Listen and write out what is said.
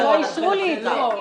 אבל לא אישרו לי את זה.